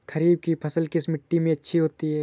खरीफ की फसल किस मिट्टी में अच्छी होती है?